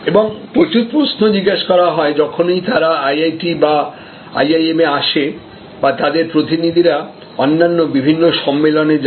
এবং প্রচুর প্রশ্ন জিজ্ঞাসা করা হয় যখনই তারা আইআইটি বা আইআইএম এ আসে বা তাদের প্রতিনিধিরা অন্যান্য বিভিন্ন সম্মেলনে যান